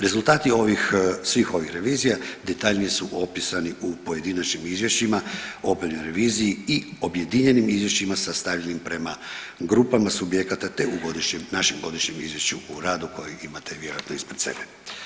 Rezultati ovih svih ovih revizija detaljnije su opisani u pojedinačnim izvješćima obavljenoj reviziji i objedinjenim izvješćima sastavljenim prema grupama subjekata te u našem godišnjem izvješću o radu kojeg imate vjerojatno ispred sebe.